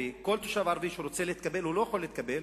כל תושב ערבי שרוצה להתקבל לא יכול להתקבל,